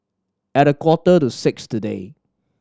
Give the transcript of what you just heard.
at a quarter to six today